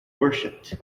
worshipped